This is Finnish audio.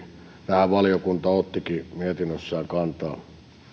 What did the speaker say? tähän valiokunta ottikin mietinnössään kantaa